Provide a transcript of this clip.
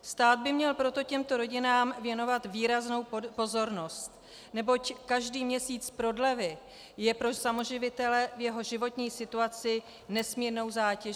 Stát by měl proto těmto rodinám věnovat výraznou pozornost, neboť každý měsíc prodlevy je pro samoživitele v jeho životní situaci nesmírnou zátěží.